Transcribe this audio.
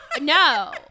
No